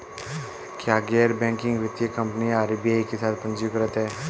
क्या गैर बैंकिंग वित्तीय कंपनियां आर.बी.आई के साथ पंजीकृत हैं?